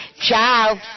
Ciao